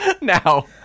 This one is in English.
now